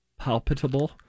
palpitable